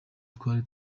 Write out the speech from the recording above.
twari